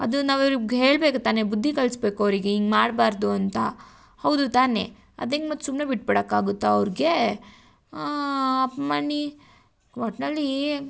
ಅದನ್ನು ಅವ್ರಿಗೆ ಹೇಳ್ಬೇಕು ತಾನೇ ಬುದ್ದಿ ಕಲಿಸ್ಬೇಕು ಅವರಿಗೆ ಹಿಂಗ್ ಮಾಡಬಾರ್ದು ಅಂತ ಹೌದು ತಾನೇ ಅದೆಂಗೆ ಮತ್ತೆ ಸುಮ್ಮನೆ ಬಿಟ್ಟುಬಿಡಕಾಗುತ್ತಾ ಅವ್ರಿಗೆ ಅಮ್ಮಣ್ಣಿ ಒಟ್ಟಿನಲ್ಲಿ